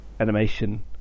animation